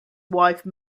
wife